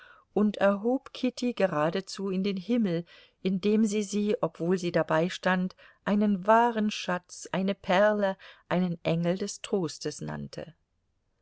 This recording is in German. und erhob kitty geradezu in den himmel indem sie sie obwohl sie dabeistand einen wahren schatz eine perle einen engel des trostes nannte